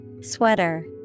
Sweater